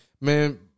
man